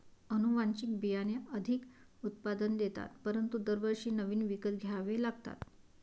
अनुवांशिक बियाणे अधिक उत्पादन देतात परंतु दरवर्षी नवीन विकत घ्यावे लागतात